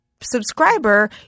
subscriber